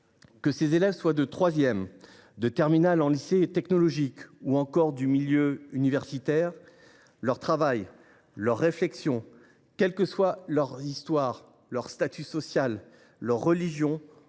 Que ces élèves soient en classe de troisième, de terminale en lycée technologique ou encore issus du milieu universitaire, leur travail, leur réflexion, quelle que soit leur histoire, leur statut social, leur religion,